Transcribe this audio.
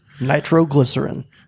Nitroglycerin